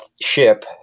ship